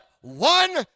one